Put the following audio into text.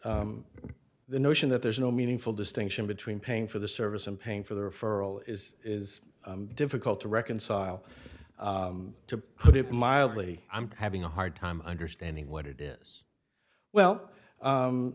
first the notion that there's no meaningful distinction between paying for the service and paying for the referral is is difficult to reconcile to put it mildly i'm having a hard time understanding what it is well